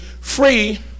free